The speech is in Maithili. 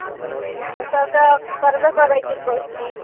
ओ सब तऽ करबे करैत छियै कोशिश